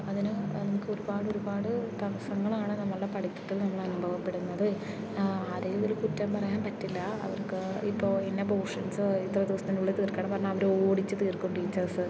അതിന് നമുക്കൊരുപാട് ഒരുപാട് തടസ്സങ്ങളാണ് നമ്മളുടെ പഠിത്തത്തിൽ നമ്മൾ അനുഭവപ്പെടുന്നത് ആരെയും ഒരു കുറ്റം പറയാൻ പറ്റില്ല അവർക്ക് ഇപ്പോൾ ഇന്ന പോർഷൻസ് ഇത്ര ദിവസത്തിനുള്ളിൽ തീർക്കണം പറഞ്ഞാൽ അവരോടിച്ച് തീർക്കും ടീച്ചേഴ്സ്